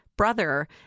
brother